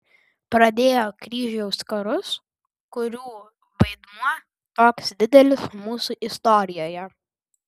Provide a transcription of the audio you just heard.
pradėjo kryžiaus karus kurių vaidmuo toks didelis mūsų istorijoje